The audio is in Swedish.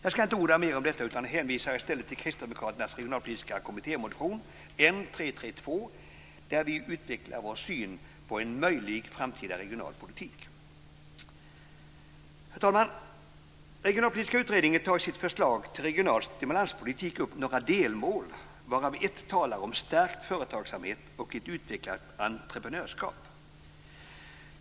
Jag ska inte orda mer om detta utan hänvisar i stället till kristdemokraternas regionalpolitiska kommittémotion N332, där vi utvecklar vår syn på en möjlig framtida regional politik. Herr talman! Regionalpolitiska utredningen tar i sitt förslag till regional stimulanspolitik upp några delmål, varav ett är stärkt företagsamhet och ett utvecklat entreprenörskap.